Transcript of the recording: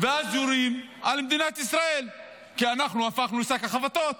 ואז יורים על מדינת ישראל כי אנחנו הפכנו לשק החבטות.